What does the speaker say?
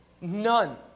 None